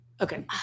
Okay